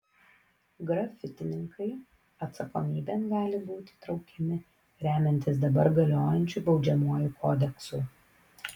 grafitininkai atsakomybėn gali būti traukiami remiantis dabar galiojančiu baudžiamuoju kodeksu